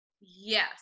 Yes